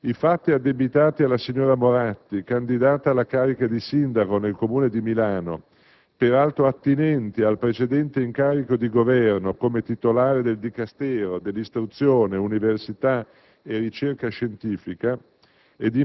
I fatti addebitati alla signora Moratti, candidata alla carica di sindaco del Comune di Milano, peraltro attinenti al precedente incarico di Governo come titolare del Dicastero dell'istruzione, università e ricerca scientifica,